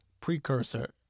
precursor